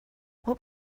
what